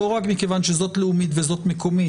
לא רק מכיוון שזאת לאומית וזאת מקומית,